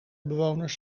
bewoners